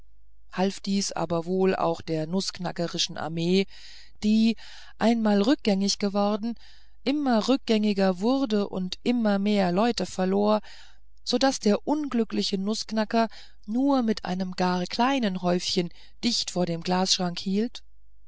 half dies aber wohl auch der nußknackerischen armee die einmal rückgängig geworden immer rückgängiger wurde und immer mehr leute verlor so daß der unglückliche nußknacker nur mit einem gar kleinen häufchen dicht vor dem glasschranke hielt